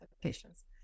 applications